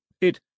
It